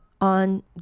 on